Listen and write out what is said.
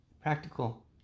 Practical